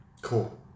cool